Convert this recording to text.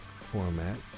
format